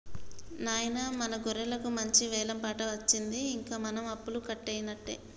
నాయిన మన గొర్రెలకు మంచి వెలం పాట అచ్చింది ఇంక మన అప్పలు పోయినట్టే